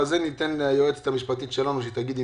אבל ניתן ליועצת המשפטית שלנו להגיד אם